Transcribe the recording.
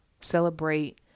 Celebrate